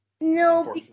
No